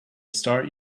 start